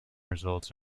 results